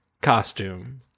costume